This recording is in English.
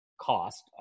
cost